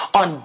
on